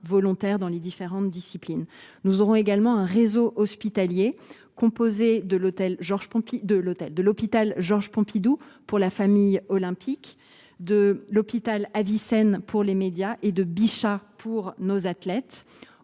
dans les différentes disciplines. Nous aurons également un réseau hospitalier composé de l’hôpital européen Georges Pompidou pour la famille olympique, de l’hôpital Avicenne pour les médias et de Bichat pour nos athlètes.